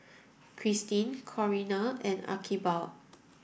Christin Corinna and Archibald